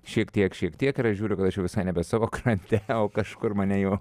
šiek tiek šiek tiek ir aš žiūriu kad aš jau visai nebe savo krante o kažkur mane jau